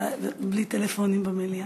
ובלי טלפונים במליאה.